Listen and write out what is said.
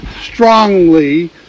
strongly